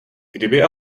kdyby